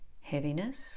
Heaviness